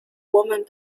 woman